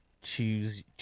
choose